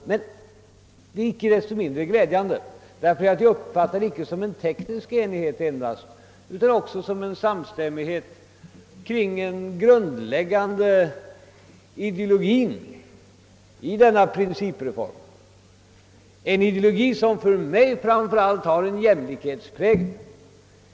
Men denna enighet är inte desto mindre glädjande, ty jag uppfattar den inte bara som teknisk utan också som en samstämmighet kring en grundläggande ideologi i den principreform det här gäller. Det är en ideologi som för mig framför allt strävar mot jämlikhet.